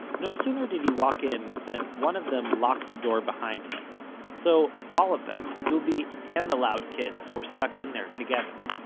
no sooner did he walk in then one of them locked the door behind him, so all of them, dubi and the loud kids, were stuck in there together.